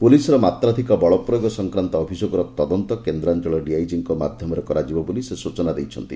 ପୁଲିସ୍ର ମାତ୍ରାଧିକ ବଳପ୍ରୟୋଗ ସଂକ୍ରାନ୍ଡ ଅଭିଯୋଗର ତଦନ୍ତ କେନ୍ଦ୍ରାଞ୍ଚଳ ଡିଆଇଜିଙ୍କ ମାଧ୍ଧମରେ କରାଯିବ ବୋଲି ସେ ସୂଚନା ଦେଇଛନ୍ତି